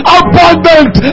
abundant